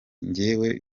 jyewe